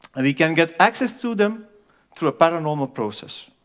and you can get access to them through a paranormal process.